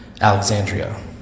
Alexandria